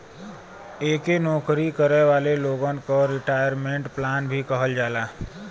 एके नौकरी करे वाले लोगन क रिटायरमेंट प्लान भी कहल जाला